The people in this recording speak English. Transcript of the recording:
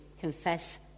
confess